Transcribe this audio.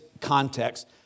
context